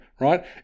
right